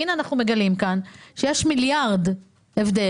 והינה אנחנו מגלים כאן שיש מיליארד הבדל,